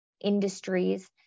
industries